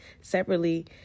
separately